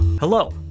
Hello